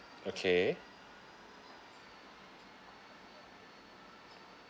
okay